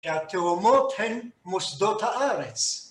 ‫התאומות הן מוסדות הארץ.